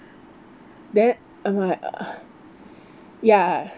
then I'm like (uh huh) ya